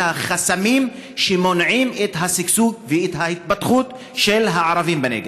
החסמים שמונעים את השגשוג ואת ההתפתחות של הערבים בנגב.